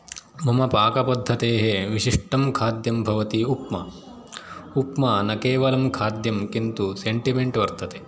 मम पाकपद्धतेः विशिष्टं खाद्यं भवति उप्मा उप्मा न केवलं खाद्यं किन्तु सेन्टिमेन्ट् वर्तते